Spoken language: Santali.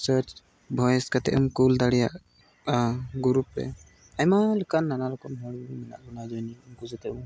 ᱥᱟᱨᱪ ᱵᱷᱚᱭᱮᱥ ᱠᱟᱛᱮᱢ ᱠᱩᱞ ᱫᱟᱲᱮᱭᱟᱜᱼᱟ ᱜᱨᱩᱯ ᱨᱮ ᱟᱭᱢᱟ ᱞᱮᱠᱟ ᱱᱟᱱᱟ ᱨᱚᱠᱚᱢ ᱦᱚᱲ ᱢᱮᱱᱟᱜ ᱵᱚᱱᱟ ᱩᱱᱠᱩ ᱥᱟᱛᱮᱜ ᱵᱚᱱ